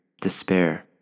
despair